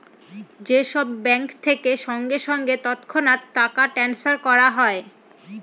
যে সব ব্যাঙ্ক থেকে সঙ্গে সঙ্গে তৎক্ষণাৎ টাকা ট্রাস্নফার করা হয়